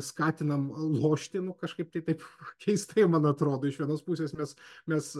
skatinam lošti nu kažkaip tai taip keistai man atrodo iš vienos pusės mes mes